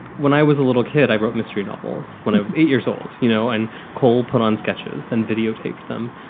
when i was a little kid, i wrote mystery novels when i was eight years old, you know, and cole put on sketches and videotaped them.